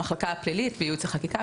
המחלקה הפלילית בייעוץ וחקיקה,